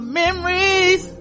memories